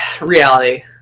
reality